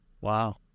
Wow